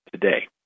today